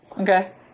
Okay